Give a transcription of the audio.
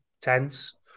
tense